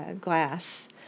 Glass